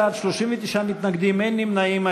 18 בעד, 39 מתנגדים, אין נמנעים.